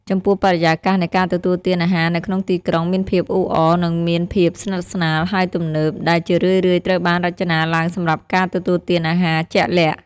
ចំពោះបរិយាកាសនៃការទទួលទានអាហារនៅក្នុងទីក្រុងមានភាពអ៊ូអរ និងមានភាពស្និទ្ធស្នាល ហើយទំនើប ដែលជារឿយៗត្រូវបានរចនាឡើងសម្រាប់ការទទួលទានអាហារជាក់លាក់។